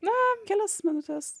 na kelias minutes